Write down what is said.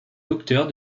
docteur